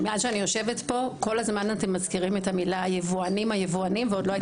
מאז שאני יושבת פה אתם כל הזמן מדברים על היבואנים ולא על